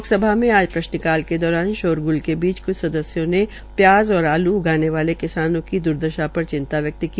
लोकसभा में आज प्रश्न काल के दौरान शोर गुल के बीच कृछ सदस्यों ने प्याज और आलू उगाने वाले किसानों की द्र्दशा पर चिंता व्यक्त की